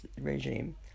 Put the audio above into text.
regime